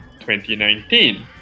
2019